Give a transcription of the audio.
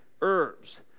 herbs